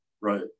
Right